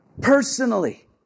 personally